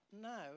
no